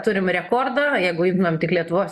turim rekordą jeigu imtumėm tik lietuvos